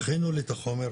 תכינו לי את החומר,